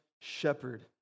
shepherd